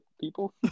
people